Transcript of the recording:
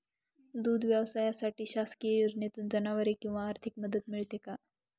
दूध व्यवसायासाठी शासकीय योजनेतून जनावरे किंवा आर्थिक मदत मिळते का?